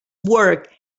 work